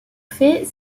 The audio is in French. fait